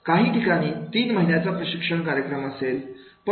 काही ठिकाणी तीन महिन्याचा प्रशिक्षण कार्यक्रम असेल